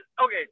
okay